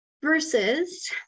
Versus